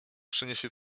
przyniesie